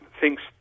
thinks